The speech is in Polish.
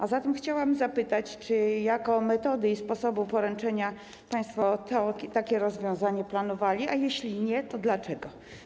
A zatem chciałabym zapytać: Czy jako metodę i sposób poręczenia państwo takie rozwiązanie planowali, a jeśli nie, to dlaczego?